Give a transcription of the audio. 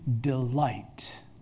delight